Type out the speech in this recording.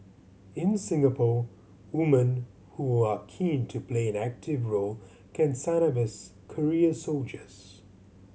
in Singapore women who are keen to play an active role can sign up as career soldiers